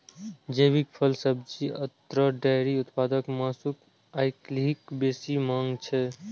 जैविक फल, सब्जी, अन्न, डेयरी उत्पाद आ मासुक आइकाल्हि बेसी मांग छै